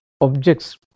objects